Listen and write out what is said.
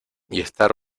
estar